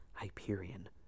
Hyperion